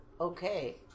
okay